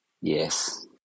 yes